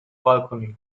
balcony